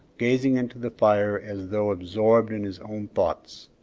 gazing into the fire as though absorbed in his own thoughts.